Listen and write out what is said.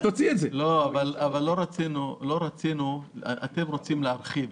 אתם רוצים להרחיב.